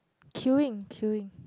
queuing queuing